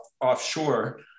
offshore